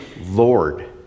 Lord